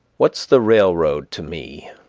what's the railroad to me?